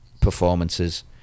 performances